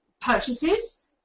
purchases